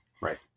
Right